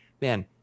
man